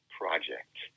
project